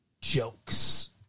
jokes